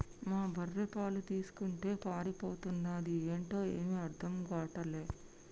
మా బర్రె పాలు తీస్తుంటే పారిపోతన్నాది ఏంటో ఏమీ అర్థం గాటల్లే